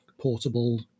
portable